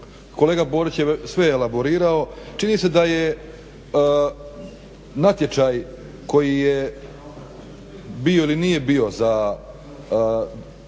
kolega Borić je sve elaborirao. Čini se da je natječaj koji je bio ili nije bio za